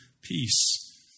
peace